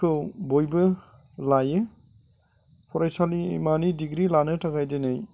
बयबो लायो फरायसालिमानि डिग्रि लानो थाखाय दिनै